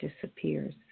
disappears